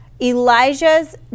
Elijah's